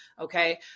Okay